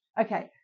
Okay